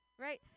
Right